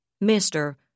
Mister